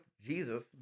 Jesus